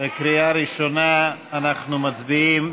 אנחנו מצביעים.